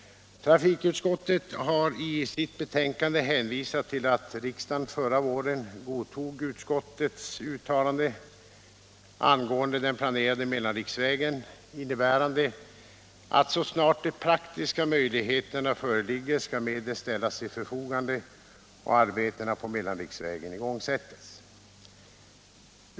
Trafikutskottet har i sitt betänkande hänvisat till att riksdagen förra våren godtog utskottets uttalande angående den planerade mellanriksvägen, innebärande att så snart de praktiska möjligheterna föreligger skall medel ställas till förfogande och arbetena på mellanriksvägen igångsättas.